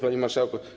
Panie Marszałku!